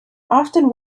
often